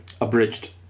abridged